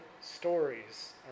stories